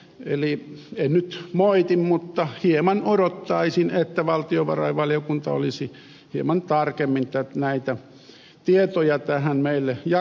eli en nyt moiti mutta hieman odottaisin että valtiovarainvaliokunta olisi hieman tarkemmin näitä tietoja meille jakanut